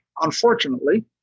unfortunately